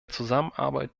zusammenarbeit